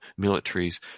militaries